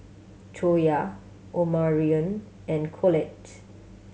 Toya Omarion and Collette